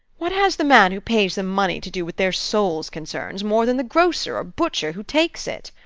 what has the man who pays them money to do with their souls' concerns, more than the grocer or butcher who takes it?